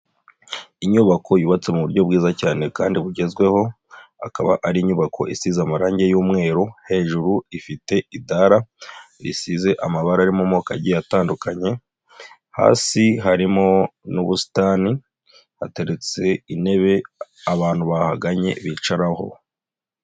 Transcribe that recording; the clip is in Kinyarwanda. Inyubako yubatse mu buryo bwiza cyane kandi bugezweho, akaba ari inyubako isize amarange y'umweru, hejuru ifite idara risize amabara ari mu moko agiye atandukanye, hasi harimo n'ubusitani, hateretse intebe abantu bahanganye bicaraho.